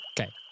Okay